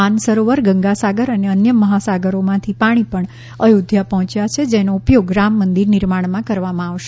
માનસરોવર ગંગા સાગર અને અન્ય મહાસાગરોમાંથી પાણી પણ અયોધ્યા પહોંચ્યા છે જેનો ઉપયોગ રામ મંદિર નિર્માણમાં કરવામાં આવશે